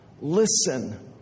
Listen